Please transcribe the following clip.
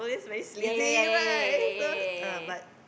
ya ya ya ya ya ya ya ya